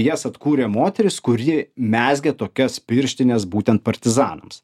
jas atkūrė moteris kuri mezgė tokias pirštines būtent partizanams